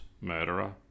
murderer